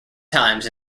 times